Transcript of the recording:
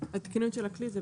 250 שקלים.